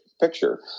picture